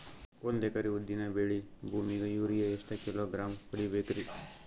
ಒಂದ್ ಎಕರಿ ಉದ್ದಿನ ಬೇಳಿ ಭೂಮಿಗ ಯೋರಿಯ ಎಷ್ಟ ಕಿಲೋಗ್ರಾಂ ಹೊಡೀಬೇಕ್ರಿ?